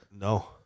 No